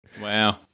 Wow